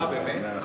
אה, באמת?